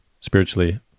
spiritually